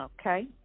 Okay